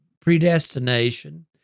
predestination